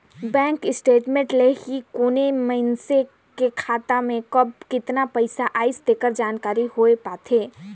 bank statement ले ही कोनो मइसने के खाता में कब केतना पइसा आइस तेकर जानकारी हो पाथे